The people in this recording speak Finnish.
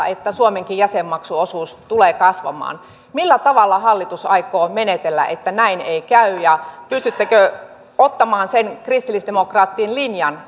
että suomenkin jäsenmaksuosuus tulee kasvamaan millä tavalla hallitus aikoo menetellä että näin ei käy pystyttekö ottamaan sen kristillisdemokraattien linjan